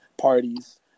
parties